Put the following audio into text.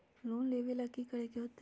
Loan लेवेला की करेके होतई?